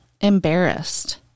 embarrassed